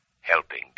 helping